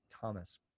Thomas